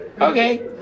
Okay